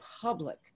public